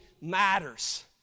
matters